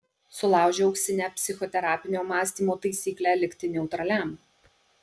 sulaužiau auksinę psichoterapinio mąstymo taisyklę likti neutraliam